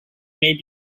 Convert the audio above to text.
may